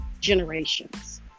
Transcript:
generations